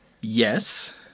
Yes